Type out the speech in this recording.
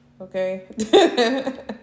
okay